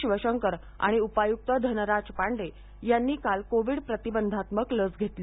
शिवशंकर आणि उपायुक्त धनराज पांडे यांनी काल कोविड प्रतिबंधात्मक लस घेतली